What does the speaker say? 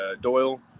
Doyle